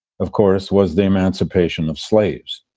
of course, was the emancipation of slaves.